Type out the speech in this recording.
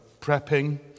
prepping